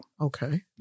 Okay